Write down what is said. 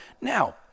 Now